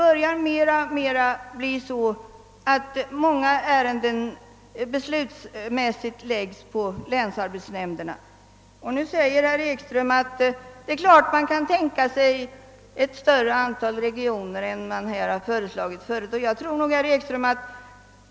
Mer och mer börjar det att bli så, att många ärenden beslutsmässigt läggs på länsarbetsnämnderna. Herr Ekström säger nu att det är klart att man kan tänka sig ett större antal regioner än som här har föreslagits.